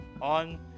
on